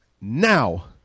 Now